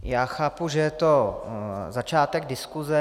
Já chápu, že je to začátek diskuse.